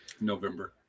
November